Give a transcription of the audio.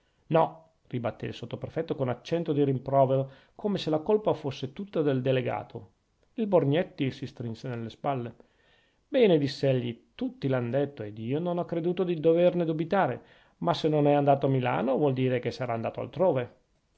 no ribattè il sottoprefetto con accento di rimprovero come se la colpa fosse tutta del delegato il borgnetti si strinse nelle spalle bene diss'egli tutti l'han detto ed io non ho creduto di doverne dubitare ma se non è andato a milano vuol dire che sarà andato altrove